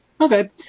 Okay